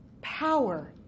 power